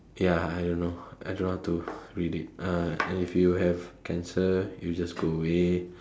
ya I don't know I don't know how to read it uh and if you have cancer it'll just go away